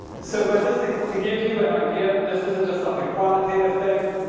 so but, just to, to give you an idea, this isn't just like a quantitative thing.